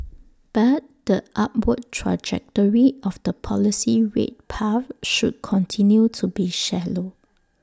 but the upward trajectory of the policy rate path should continue to be shallow